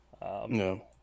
No